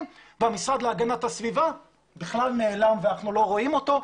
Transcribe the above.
והמשרד להגנת הסביבה בכלל נעלם ואנחנו לא רואים אותו.